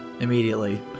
immediately